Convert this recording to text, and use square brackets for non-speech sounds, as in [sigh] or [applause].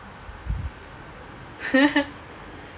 [laughs]